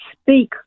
speak